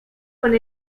con